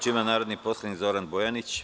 Reč ima narodni poslanik Zoran Bojanić.